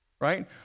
right